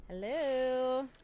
Hello